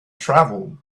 travel